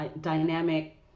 dynamic